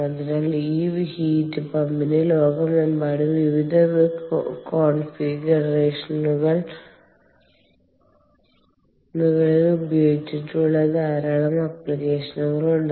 അതിനാൽ ഈ ഹീറ്റ് പമ്പിന് ലോകമെമ്പാടും വിവിധ കോൺഫിഗറേഷനുകളിൽ ഉപയോഗിച്ചിട്ടുള്ള ധാരാളം ആപ്ലിക്കേഷനുകൾ ഉണ്ട്